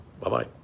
Bye-bye